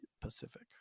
Pacific